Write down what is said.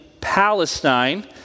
Palestine